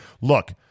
look